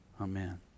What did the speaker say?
Amen